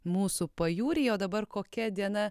mūsų pajūryje o dabar kokia diena